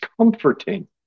comforting